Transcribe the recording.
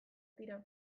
dira